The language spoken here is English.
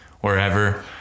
wherever